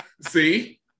see